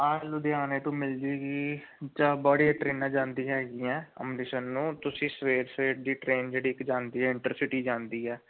ਹਾਂ ਲੁਧਿਆਣੇ ਤੋਂ ਮਿਲ ਜੇਗੀ ਜਾਂ ਬੜੀਆਂ ਟ੍ਰੇਨਾਂ ਜਾਂਦੀਆਂ ਹੈਗੀਆਂ ਅੰਮ੍ਰਿਤਸਰ ਨੂੰ ਤੁਸੀਂ ਸਵੇਰੇ ਸਵੇਰ ਦੀ ਟਰੇਨ ਜਿਹੜੀ ਇੱਕ ਜਾਂਦੀ ਹੈ ਇੰਟਰਸਿਟੀ ਜਾਂਦੀ ਹੈ